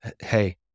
Hey